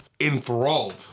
Enthralled